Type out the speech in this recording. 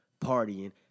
partying